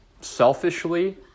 selfishly